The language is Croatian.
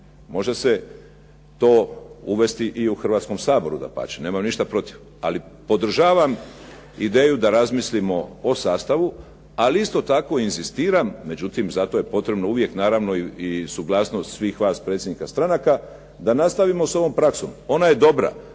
Može se to uvesti i u Hrvatskom saboru dapače nemam ništa protiv. Ali podržavam ideju da razmislimo o sastavu, ali isto tako inzistiram, međutim zato je potrebno uvijek naravno suglasnost i svih vas predstavnika stranaka, da nastavimo s ovom praksom. Ona je dobra,